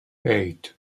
eight